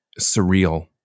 surreal